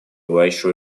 wage